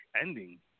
ending